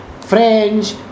French